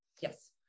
Yes